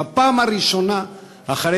בפעם הראשונה אחרי